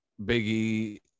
biggie